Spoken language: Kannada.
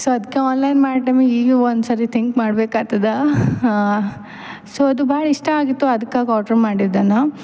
ಸೊ ಅದಕ್ಕೆ ಆನ್ಲೈನ್ ಮಾಡಿದ ಟೈಮಿಗೆ ಈಗಲೂ ಒಂದು ಸರಿ ತಿಂಕ್ ಮಾಡಬೇಕಾತದ ಸೊ ಅದು ಭಾಳ್ ಇಷ್ಟ ಆಗಿತ್ತು ಅದ್ಕಾಗೆ ಆಡ್ರ್ ಮಾಡಿದ್ದೆ ನಾ